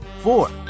four